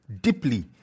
deeply